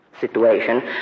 situation